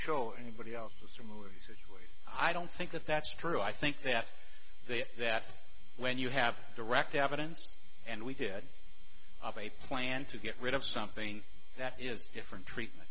show anybody else to move away i don't think that that's true i think that they that when you have direct evidence and we did have a plan to get rid of something that is different treatment